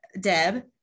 Deb